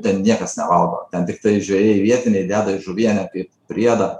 ten niekas nevalgo ten tiktai žvejai vietiniai deda į žuvienę kaip priedą